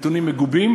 נתונים מגובים,